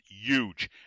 huge